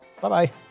Bye-bye